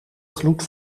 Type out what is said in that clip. gloed